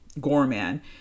Gorman